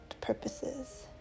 purposes